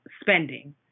spending